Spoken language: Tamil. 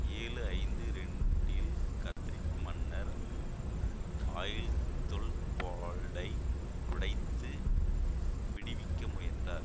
ஏழு ஐந்து ரெண்டு இல் கத்ரெட் மன்னர் அயில்தொல்பால்டை உடைத்து விடுவிக்க முயன்றார்